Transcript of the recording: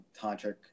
tantric